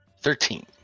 Thirteen